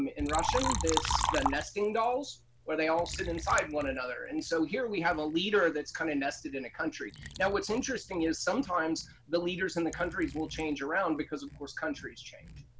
um in russian this, the nesting dolls, where they all sit inside one another and so here we have a leader that's kind of nested in a country. now what's interesting is sometimes the leaders in the countries will change around, because of course countries change.